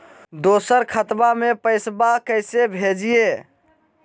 दोसर खतबा में पैसबा कैसे भेजिए?